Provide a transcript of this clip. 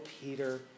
Peter